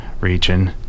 region